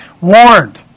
warned